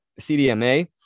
CDMA